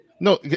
No